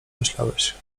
myślałeś